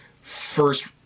first